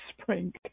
spring